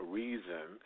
reason